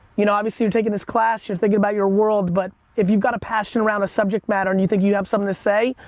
you know, obviously you're taking this class, you're thinking about your world, but if you gotta passion around a subject matter, and you think you have something to say,